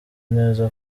neza